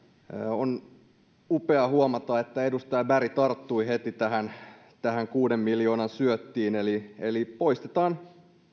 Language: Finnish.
on upea huomata että edustaja berg tarttui heti tähän tähän kuuden miljoonan syöttiin eli siihen että poistetaan